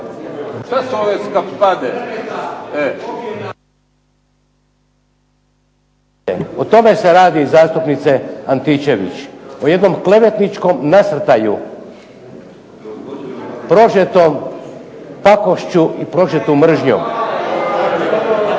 razumije se./… O tome se radi zastupnice Antičević. O jednom klevetničkom nasrtaju prožetom pakošću i prožetom mržnjom.